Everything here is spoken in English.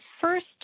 first